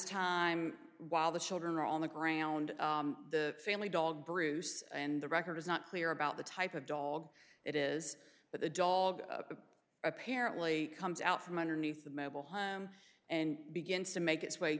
time while the children are on the ground the family dog bruce and the record is not clear about the type of dog it is but the dog apparently comes out from underneath the mobile home and begins to make its way